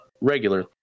regular